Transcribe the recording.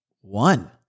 one